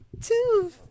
two